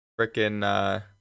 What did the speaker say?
frickin